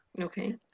okay